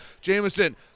Jamison